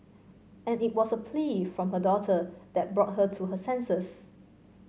and it was a plea from her daughter that brought her to her senses